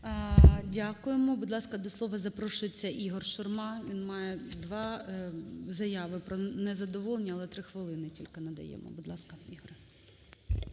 Дякуємо. Будь ласка, до слова запрошується ІгорШурма. Він має дві заяви про незадоволення, але 3 хвилини тільки надаємо. Будь ласка, Ігоре.